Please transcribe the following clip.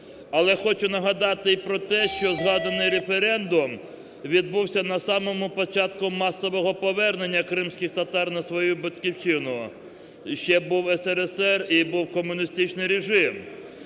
Але хочу нагадати і про те, що згаданий референдум відбувся на самому початку масового повернення кримських татар на свою Батьківщину, ще був СРСР і був комуністичний режим.